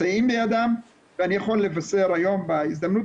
מסייעים בידם ואני יכול לבשר היום בהזדמנות